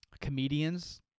comedians